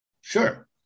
sure